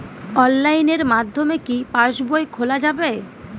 অনলাইনের মাধ্যমে কি পাসবই খোলা যাবে?